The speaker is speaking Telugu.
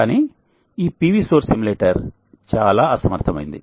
కానీ ఈ PV సోర్స్ ఎమ్యులేటర్ చాలా అసమర్థమైనది